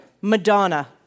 Madonna